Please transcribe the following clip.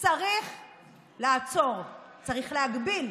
צריך לעצור, צריך להגביל.